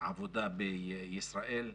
עבודה בישראל,